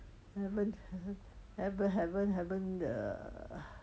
haven't hav~ haven't haven't haven't uh